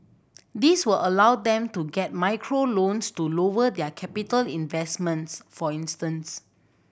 this will allow them to get micro loans to lower their capital investments for instance